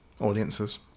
audiences